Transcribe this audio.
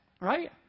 right